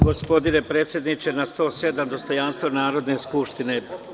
Gospodine predsedniče, član 107. dostojanstvo Narodne skupštine.